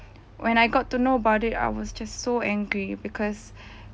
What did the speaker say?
when I got to know about it I was just so angry because